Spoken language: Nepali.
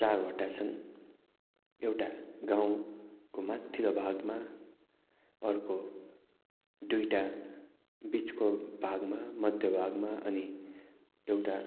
चारवटा छन् एउटा गाउँको माथिल्लो भागमा अर्को दुईवटा बिचको भागमा मध्य भागमा अनि एउटा